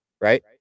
right